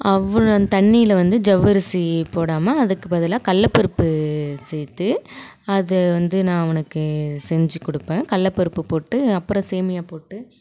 அவ்வளோ தண்ணியில் வந்து ஜவ்வரிசி போடாமல் அதுக்கு பதிலாக கடலப்பருப்பு சேர்த்து அதை வந்து நான் அவனுக்கு செஞ்சு கொடுப்பேன் கடலப்பருப்பு போட்டு அப்புறம் சேமியா போட்டு